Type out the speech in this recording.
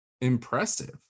impressive